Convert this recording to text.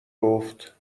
گفت